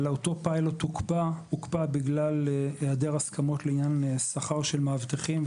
אבל הפיילוט הזה הוקפא בגלל היעדר הסכמות על שכר של מאבטחים,